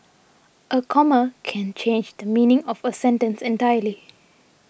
a comma can change the meaning of a sentence entirely